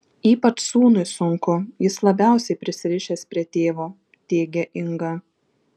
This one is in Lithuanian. ypač sūnui sunku jis labiausiai prisirišęs prie tėvo teigė inga